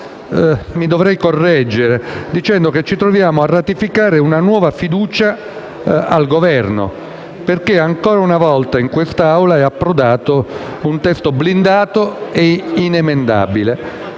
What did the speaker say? in realtà correggere, dicendo che ci troviamo a ratificare una nuova fiducia al Governo: ancora una volta, infatti, in quest'Aula è approdato un testo blindato e inemendabile,